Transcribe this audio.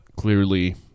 Clearly